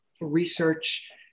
research